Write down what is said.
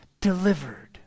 delivered